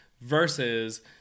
versus